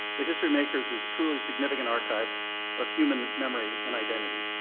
the historymakers is a truly significant archive of human memory and identity.